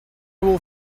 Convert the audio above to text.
will